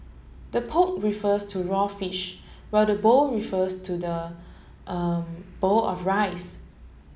the poke refers to raw fish while the bowl refers to the er bowl of rice